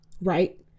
right